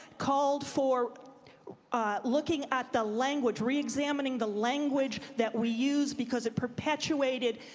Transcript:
called for looking at the language, reexamining the language that we use because it perpetuated